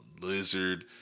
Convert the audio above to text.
Lizard